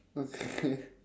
okay